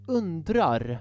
undrar